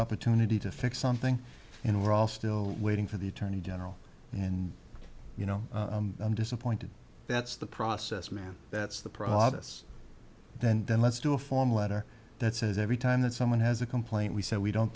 opportunity to fix something and we're all still waiting for the attorney general and you know i'm disappointed that's the process man that's the process and then let's do a form letter that says every time that someone has a complaint we said we don't